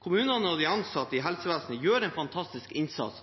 Kommunene og de ansatte i helsevesenet gjør en fantastisk innsats